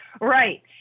Right